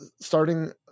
starting